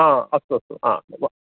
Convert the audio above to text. हा अस्तु अस्तु हा